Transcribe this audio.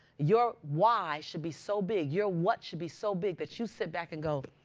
your why should be so big, your what should be so big that you sit back and go,